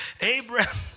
Abraham